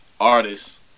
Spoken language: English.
artists